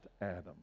Adam